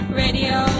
radio